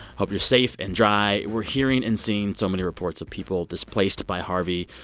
hope you're safe and dry. we're hearing and seeing so many reports of people displaced by harvey.